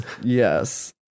Yes